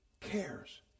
cares